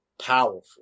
powerful